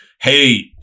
Hey